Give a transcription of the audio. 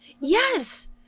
Yes